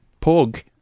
pug